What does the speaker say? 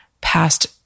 past